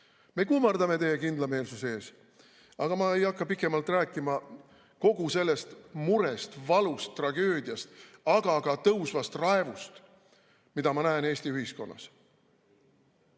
Me kummardame teie kindlameelsuse ees! Aga ma ei hakka pikemalt rääkima kogu sellest murest, valust, tragöödiast ega tõusvast raevust, mida ma näen Eesti ühiskonnas.